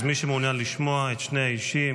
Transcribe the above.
אז מי שמעוניין לשמוע את שני האישים